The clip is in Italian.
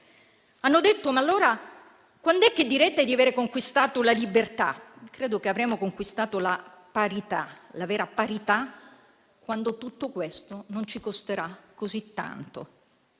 Hanno detto: ma allora quand'è che direte di avere conquistato la libertà? Credo che avremo conquistato la vera parità quando tutto questo non ci costerà così tanto.